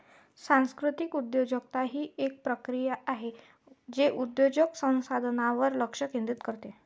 सांस्कृतिक उद्योजकता ही एक प्रक्रिया आहे जे उद्योजक संसाधनांवर लक्ष केंद्रित करते